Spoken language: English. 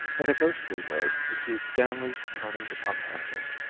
in a ghostly way you see stanley turning the pump handle.